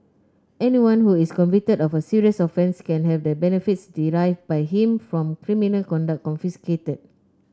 anyone who is convicted of a serious offence can have the benefits derived by him from criminal conduct confiscated